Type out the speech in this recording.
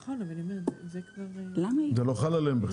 זה לא חל עליהם.